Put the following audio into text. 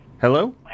Hello